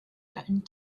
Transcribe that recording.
threatened